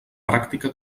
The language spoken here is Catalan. pràctica